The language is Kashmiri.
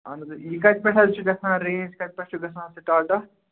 اَہَن حظ یہِ کَتہِ پٮ۪ٹھ حظ چھُ گژھان رینٛج کَتہِ پٮ۪ٹھ چھُ گژھان سِٹارٹ اَتھ